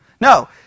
No